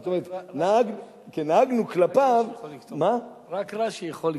זאת אומרת, נהגנו כלפיו, רק רש"י יכול לכתוב.